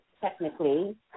technically